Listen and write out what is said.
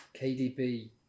KDB